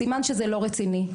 סימן שזה לא רציני.